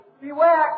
Beware